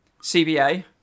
CBA